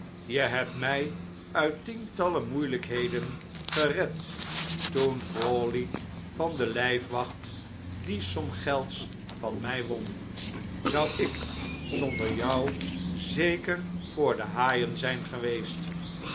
je hebt mij uit tientallen moeilijkheden gered toen crawley van de lijfwacht die som gelds van mij won zou ik zonder jou zeker voor de haaien zijn geweest